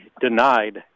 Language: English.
denied